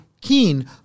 keen